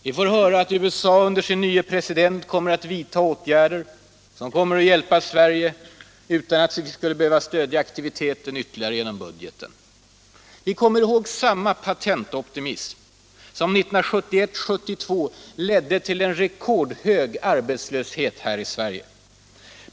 Vi får höra att USA under sin nye president kommer att vidta åtgärder som hjälper Sverige utan att vi behöver stödja aktiviteten ytterligare genom budgeten. Det var samma patentoptimism som 1971 och 1972 ledde till en rekordhög arbetslöshet här i Sverige.